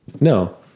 no